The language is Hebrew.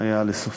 היה לסופי.